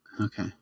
Okay